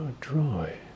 Dry